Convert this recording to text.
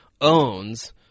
owns